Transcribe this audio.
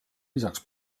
lisaks